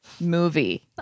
movie